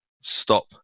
stop